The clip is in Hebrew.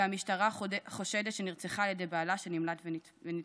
והמשטרה חושדת שנרצחה על ידי בעלה, שנמלט ונתפס.